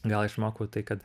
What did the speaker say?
gal išmokau tai kad